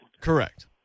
Correct